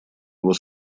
его